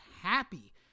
happy